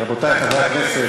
רבותי חברי הכנסת,